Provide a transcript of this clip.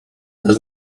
does